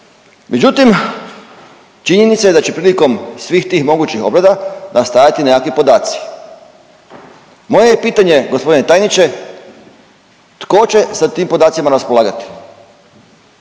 međutim činjenica je da će prilikom svih tih mogućih obrada nastajati nekakvi podaci. Moje je pitanje g. tajniče tko će sa tim podacima raspolagati?